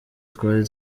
twari